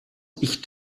ich